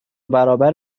برابر